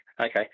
okay